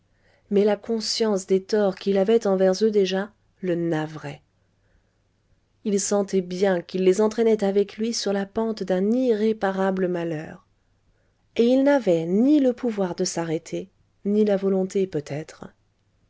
mais la conscience des torts qu'il avait envers eux déjà le navrait il sentait bien qu'il les entraînait avec lui sur la pente d'un irréparable malheur et il n'avait ni le pouvoir de s'arrêter ni la volonté peut-être